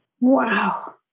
Wow